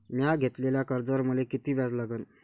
म्या घेतलेल्या कर्जावर मले किती व्याज लागन?